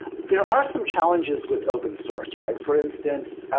there are some challenges with open source, right? for instance,